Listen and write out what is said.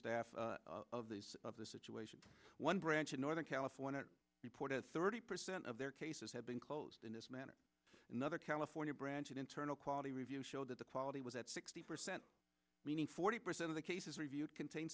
staff of these of the situation one branch in northern california reported thirty percent of their cases have been closed in this manner another california branch an internal quality review showed that the quality was at sixty percent meaning forty percent of the cases reviewed contain